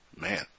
Man